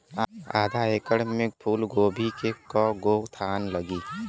आधा एकड़ में फूलगोभी के कव गो थान लागी?